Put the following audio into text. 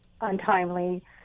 untimely